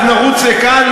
אז נרוץ לכאן,